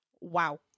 wow